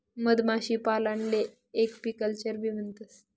मधमाशीपालनले एपीकल्चरबी म्हणतंस